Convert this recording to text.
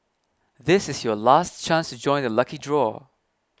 this is your last chance to join the lucky draw